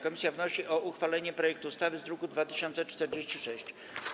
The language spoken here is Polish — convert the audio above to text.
Komisja wnosi o uchwalenie projektu ustawy z druku nr 2046.